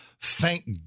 Thank